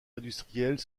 industrielle